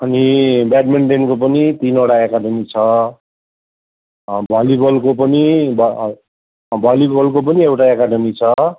अनि ब्याडमिन्टनको पनि तिनवटा एकाडमी छ भलिबलको पनि भलिबलको पनि एउटा एकाडमी छ